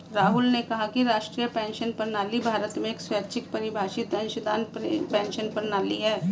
राहुल ने कहा कि राष्ट्रीय पेंशन प्रणाली भारत में एक स्वैच्छिक परिभाषित अंशदान पेंशन प्रणाली है